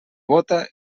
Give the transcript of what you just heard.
bóta